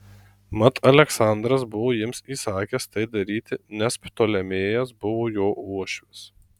mat aleksandras buvo jiems įsakęs tai daryti nes ptolemėjas buvo jo uošvis